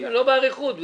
לא באריכות.